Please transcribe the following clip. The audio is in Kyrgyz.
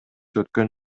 өткөн